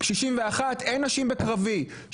61 אין נשים בקרבי,